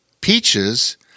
peaches